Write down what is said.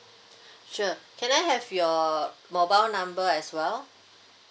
sure can I have your mobile number as well